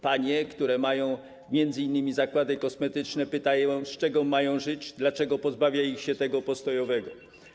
Panie, które mają m.in. zakłady kosmetyczne, pytają, z czego mają żyć, dlaczego pozbawia je się tego postojowego.